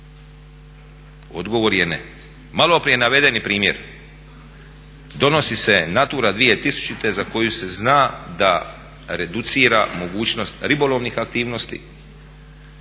Odgovor je ne. Malo prije navedeni primjer. Donosi se Natura 2000. za koju se zna da reducira mogućnost ribolovnih aktivnosti